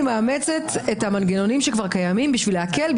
מאמצת את המנגנונים שכבר קיימים בשביל להקל,